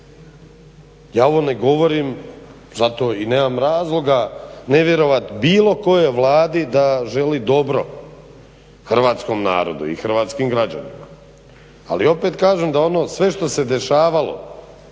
Ja ovo ne govorim zato i nemam razloga nevjerovati bilo kojoj vladi da želi dobro hrvatskom narodu i hrvatskim građanima. Ali opet kažem da ono sve što se dešavalo